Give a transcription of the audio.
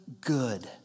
good